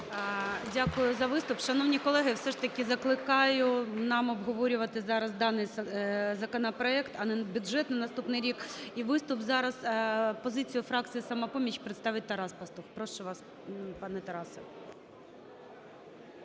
Дякую за виступ. Шановні колеги, все ж таки закликаю нам обговорювати зараз даний законопроект, а не бюджет на наступний рік. І виступ зараз, позицію фракції "Самопоміч" представить Тарас Пастух. Прошу вас, пане Тарасе.